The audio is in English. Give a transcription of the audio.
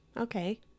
okay